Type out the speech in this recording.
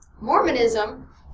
Mormonism